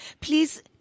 please